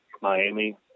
Miami